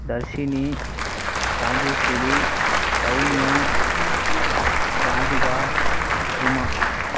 Dharshini Rajeshwari Sowmya Radhika Uma